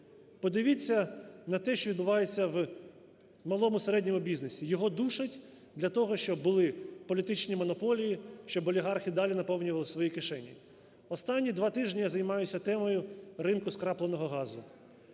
Подивіться на те, що відбувається в малому, середньому бізнесі, його душать для того, щоб були політичні монополії, щоб олігархи далі наповнювали свої кишені. Останні два тижні я займаюся темою ринку скрапленого газу.